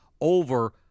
over